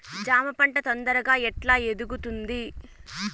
జామ పంట తొందరగా ఎట్లా ఎదుగుతుంది?